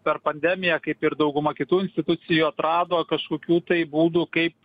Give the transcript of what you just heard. per pandemiją kaip ir dauguma kitų institucijų atrado kažkokių tai būdų kaip